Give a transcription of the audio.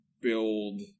build